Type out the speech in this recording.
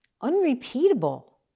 unrepeatable